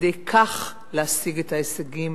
כדי להשיג את ההישגים